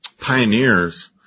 pioneers